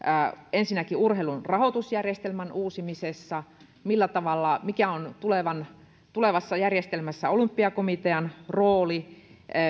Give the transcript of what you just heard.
ensinnäkin urheilun rahoitusjärjestelmän uusimisesta mikä on tulevassa järjestelmässä olympiakomitean rooli